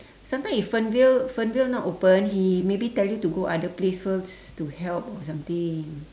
sometimes if fernvale fernvale not open he maybe tell you go other place to help or something